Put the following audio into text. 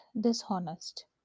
dishonest